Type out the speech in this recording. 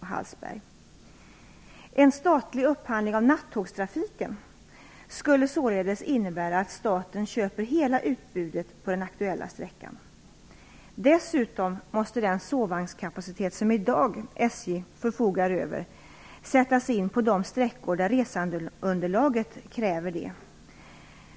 Hallsberg. En statlig upphandling av nattågstrafiken skulle således innebära att staten köper hela utbudet på den aktuella sträckan. Dessutom måste den sovvagnskapacitet som SJ i dag förfogar över sättas in på de sträckor där resandeunderlaget kräver det